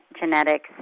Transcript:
genetics